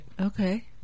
Okay